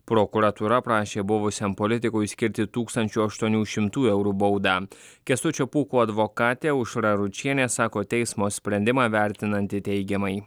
prokuratūra prašė buvusiam politikui skirti tūkstančio aštuonių šimtų eurų baudą kęstučio pūko advokatė aušra ručienė sako teismo sprendimą vertinanti teigiamai